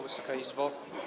Wysoka Izbo!